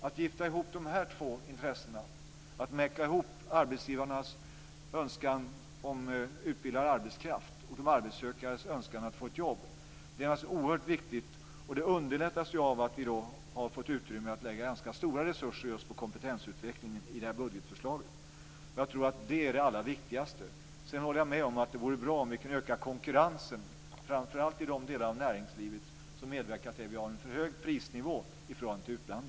Att gifta ihop de två intressena, att mäkla ihop arbetsgivarnas önskan om utbildad arbetskraft och de arbetssökandes önskan om ett jobb, är oerhört viktigt. Detta underlättas av att vi fått utrymme i budgetförslaget för att lägga stora resurser på kompetensutveckling. Det är det allra viktigaste. Jag håller med om att det vore bra om vi kunde öka konkurrensen, framför allt i de delar av näringslivet som medverkar till att prisnivån är för hög i förhållande till utlandet.